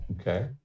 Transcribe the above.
Okay